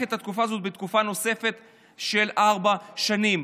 תקופה זו בתקופה אחת נוספת של ארבע שנים.